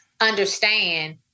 understand